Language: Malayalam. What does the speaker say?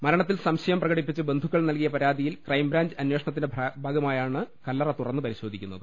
മരണത്തിൽ സംശയം പ്രകടിപ്പിച്ച് ബന്ധുക്കൾ നൽകിയ പരാതിയിൽ ക്രൈബ്രാഞ്ച് അന്വേഷണത്തിന്റെ ഭാഗമായാണ് കല്ലറതുറന്ന് പരിശോധിക്കുന്നത്